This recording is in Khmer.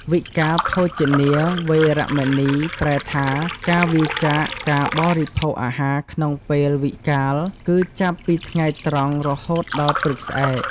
វិកាលភោជនា វេរមណី ប្រែថា ការវៀរចាកការបរិភោគអាហារក្នុងពេលវិកាល គឺចាប់ពីថ្ងៃត្រង់រហូតដល់ព្រឹកស្អែក។